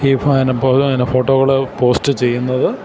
ഈ പിന്നെ ഫോട്ടോകള് പോസ്റ്റ് ചെയ്യുന്നത്